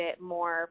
more